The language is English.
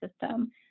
system